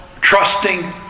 trusting